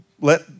let